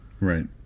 Right